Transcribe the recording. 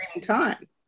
time